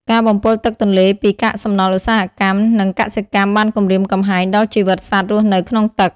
ការបំពុលទឹកទន្លេពី កាកសំណល់ឧស្សាហកម្ម និងកសិកម្មបានគំរាមកំហែងដល់ជីវិតសត្វរស់នៅក្នុងទឹក។